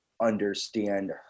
understand